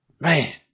Man